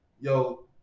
yo